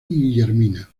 guillermina